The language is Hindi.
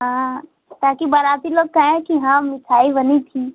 हाँ ताकि बाराती लोग कहें कि हाँ मिठाई बनी थी